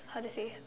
how to say